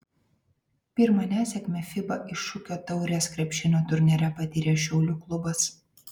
pirmą nesėkmę fiba iššūkio taurės krepšinio turnyre patyrė šiaulių klubas